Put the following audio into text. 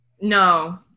No